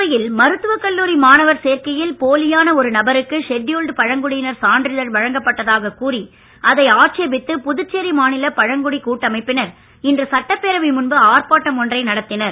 புதுவையில் மருத்துவகல்லூரி மாணவர் சேர்க்கையில் போலியான ஒரு நபருக்கு ஷெட்யூல்டு பழங்குடியினர் சான்றிதழ் வழங்கப்பட்டதாகக் கூறி அதை ஆட்பித்து புதுச்சேரி மாநில பழங்குடி கூட்டமைப்பினர் இன்று சட்டப்பேரவை மு ஆர்ப்பாட்டம் ஒன்றை நடத்தினர்